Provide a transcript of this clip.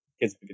kids